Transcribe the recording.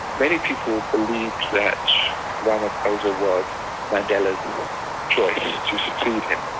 many people believed that ramaphosa was mandela's choice to succeed him.